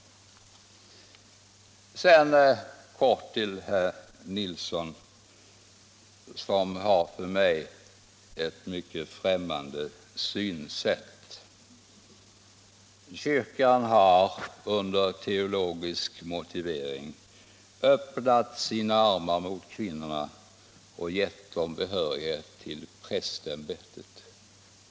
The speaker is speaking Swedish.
Sedan vill jag helt kort vända mig till herr Nilsson i Agnäs, som har ett för mig mycket främmande synsätt. Kyrkan har under teologisk motivering öppnat sina armar mot kvinnorna och gett dem behörighet till prästämbetet.